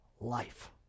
life